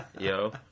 Yo